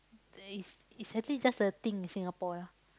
d~ is is actually just a thing in Singapore ya